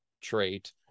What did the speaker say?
trait